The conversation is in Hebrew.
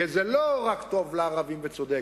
כי זה לא רק טוב לערבים וצודק,